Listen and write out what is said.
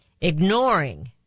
ignoring